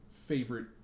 favorite